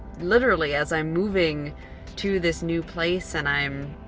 literally as i'm moving to this new place, and i'm